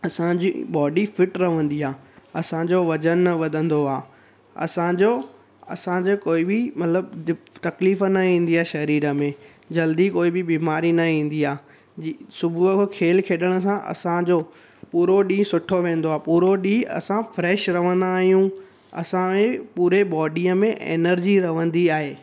असांजी body fit रहंदी आहे असांजो वज़न न वधंदो आहे असांजो असांजे कोई बि मतिलबु जे तकलीफ़ न ईंदी आहे शरीर में जल्दी कोई बि बीमारी न ईंदी आहे जी सुबुह खो खेल खेॾण सां असांजो पूरो ॾींहुं सुठो वेंदो आहे पूरो ॾींहुं असां फ्रैश रहंदा आहियूं असांजे पूरे बॉडीअ में ऐनर्जी रहंदी आहे